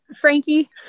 Frankie